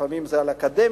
לפעמים זה על אקדמיה,